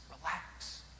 relax